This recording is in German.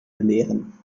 belehren